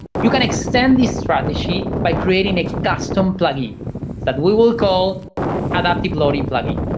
you can extend this strategy by creating a custom plugin that we will call adaptiveloadingplugin.